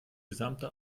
gesamte